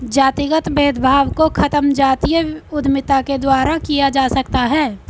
जातिगत भेदभाव को खत्म जातीय उद्यमिता के द्वारा किया जा सकता है